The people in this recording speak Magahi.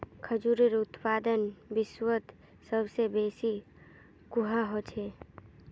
खजूरेर उत्पादन विश्वत सबस बेसी कुहाँ ह छेक